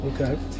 Okay